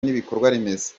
n’ibikorwaremezo